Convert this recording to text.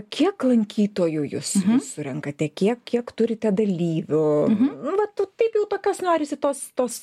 kiek lankytojų jūs su surenkate kiek kiek turite dalyvių vat nu taip jau tokios norisi tos tos